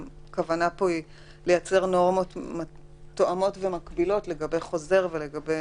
הכוונה פה היא לייצר נורמות תואמות ומקבילות לגבי חוזר ולגבי